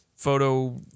photo